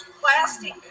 plastic